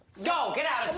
go, get out, it's